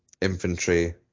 infantry